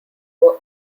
were